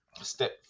step